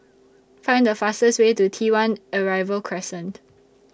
Find The fastest Way to T one Arrival Crescent